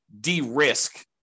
de-risk